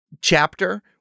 chapter